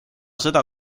seda